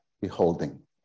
Beholding